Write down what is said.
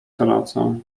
tracę